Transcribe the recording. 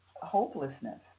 Hopelessness